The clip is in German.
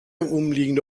umliegende